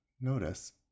notice